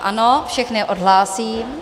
Ano, všechny odhlásím.